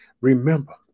Remember